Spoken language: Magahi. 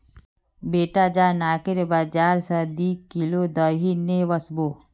बेटा जा नाकेर बाजार स दी किलो दही ने वसबो